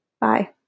Bye